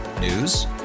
News